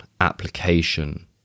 application